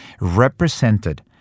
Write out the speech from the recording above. represented